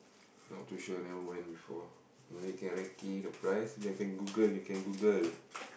not too sure never went before you know can recce the price ya you can Google can Google